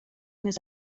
més